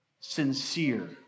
Sincere